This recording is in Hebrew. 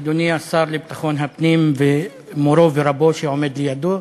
אדוני השר לביטחון הפנים, ומורו ורבו שעומד לידו,